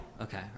Okay